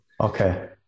Okay